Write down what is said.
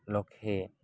ଲକ୍ଷେ